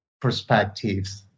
perspectives